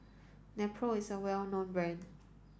Nepro is a well known rand